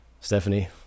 Stephanie